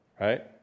right